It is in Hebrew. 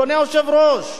אדוני היושב-ראש,